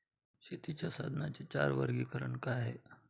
शेतीच्या साधनांचे चार वर्गीकरण काय आहे?